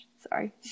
Sorry